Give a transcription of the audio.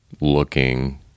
looking